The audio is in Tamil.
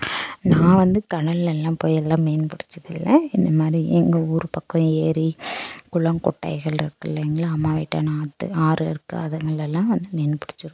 நான் வந்து கடலெல்லாம் போய் எல்லாம் மீன் பிடிச்சதில்ல இந்தமாதிரி எங்க ஊர் பக்கம் ஏரி குளம் குட்டைகள் இருக்கில்லைங்களா அம்மா விட்ட நாத்து ஆறு இருக்கு அதுங்கள்லலாம் வந்து மீன் பிடிச்சிரு